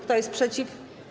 Kto jest przeciw?